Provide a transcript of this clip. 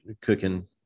cooking